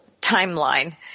timeline